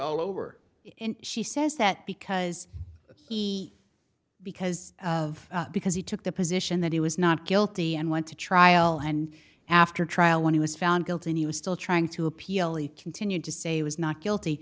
all over she says that because he because of because he took the position that he was not guilty and went to trial and after trial when he was found guilty and he was still trying to appeal he continued to say he was not guilty